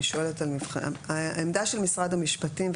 העמדה של משרד המשפטים,